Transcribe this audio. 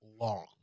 long